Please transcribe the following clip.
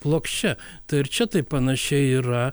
plokščia tai ir čia taip panašiai yra